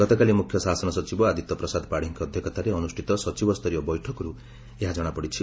ଗତକାଲି ମୁଖ୍ୟ ଶାସନ ସଚିବ ଆଦିତ୍ୟ ପ୍ରସାଦ ପାଡ଼ୀଙ୍କ ଅଧ୍ଧକ୍ଷତାରେ ଅନୁଷ୍ଠିତ ସଚିବ ସ୍ତରୀୟ ବୈଠକରୁ ଏହା ଜଣାପଡ଼ିଛି